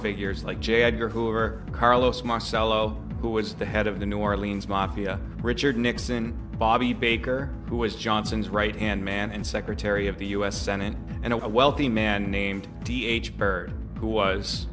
figures like j edgar hoover carlos marcello who was the head of the new orleans mafia richard nixon bobby baker who was johnson's right hand man and secretary of the u s senate and a wealthy man named d h byrd who was